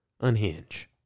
unhinge